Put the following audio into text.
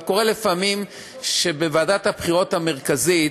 אבל קורה לפעמים שבוועדת הבחירות המרכזית,